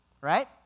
right